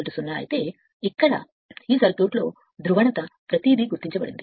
అప్పుడు సులభంగా లభిస్తుంది ధ్రువణత ప్రతిదీ గుర్తించబడుతుంది